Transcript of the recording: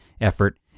effort